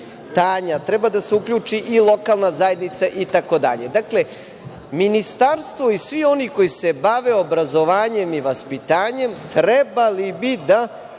treba da se uključi i lokalna zajednica itd. Dakle, Ministarstvo i svi oni koji se bave obrazovanjem i vaspitanjem trebali bi da